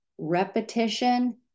repetition